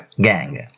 gang